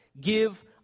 give